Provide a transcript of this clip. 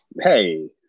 Hey